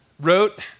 wrote